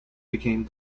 became